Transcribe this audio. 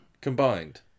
Combined